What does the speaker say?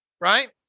right